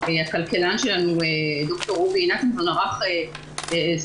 הכלכלן שלנו ד"ר אורי נתנזון ערך סקירה